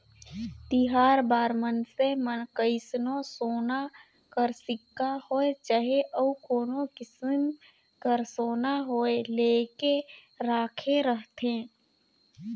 तिहार बार मइनसे मन कइसनो सोना कर सिक्का होए चहे अउ कोनो किसिम कर सोना होए लेके राखे रहथें